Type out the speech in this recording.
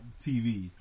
TV